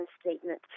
statement